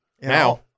now